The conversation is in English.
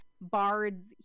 bards